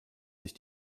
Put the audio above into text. sich